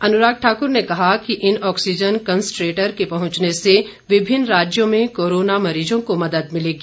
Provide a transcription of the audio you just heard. अनुराग ठाकुर ने कहा कि इन ऑक्सीजन कन्सट्रेटर के पहुंचने से विभिन्न राज्यों में कोरोना मरीजों को मदद मिलेगी